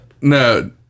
no